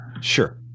Sure